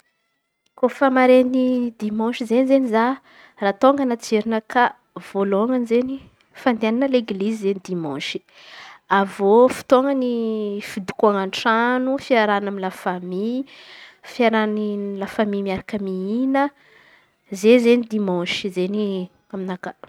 Kôfa mare ny dimanse zey izen̈y zah raha tônga anaty jerinakà vôalôhan̈y izen̈y fandehanana aleglizy izen̈y dimanse. Avy eo fotôanany fidokoan̈a an-trano fiaharahan̈a amy la famy, fiaraha la famy miaraka mihin̈a zey izen̈y dimanse izen̈y aminakà.